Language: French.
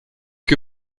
que